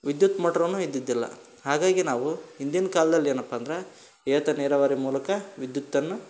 ವಿದ್ಯುತ್ ಮೋಟ್ರನು ಇದ್ದಿದ್ದಿಲ್ಲ ಹಾಗಾಗಿ ನಾವು ಹಿಂದಿನ ಕಾಲ್ದಲ್ಲಿ ಏನಪ್ಪ ಅಂದ್ರೆ ಏತ ನೀರಾವರಿ ಮೂಲಕ ವಿದ್ಯುತ್ತನ್ನು